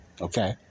Okay